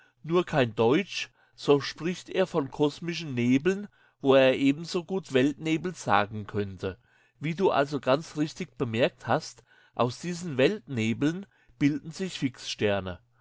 nur kein deutsch so spricht er von kosmischen nebeln wo er ebensogut weltnebel sagen könnte wie du also ganz richtig bemerkt hast aus diesen weltnebeln bilden sich fixsterne